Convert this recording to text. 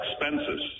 expenses